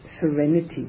serenity